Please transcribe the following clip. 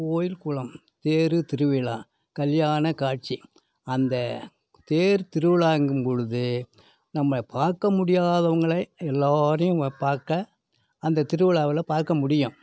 கோவில் குளம் தேர் திருவிழா கல்யாண காட்சி அந்த தேர் திருவிழாங்கும் பொழுது நம்ம பார்க்க முடியாதவங்களை எல்லோரையும் பார்க்க அந்த திருவிழாவில் பார்க்க முடியும்